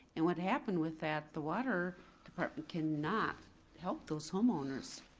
and what happened with that, the water department cannot help those homeowners,